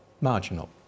marginal